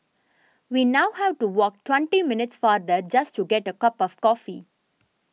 we now have to walk twenty minutes farther just to get a cup of coffee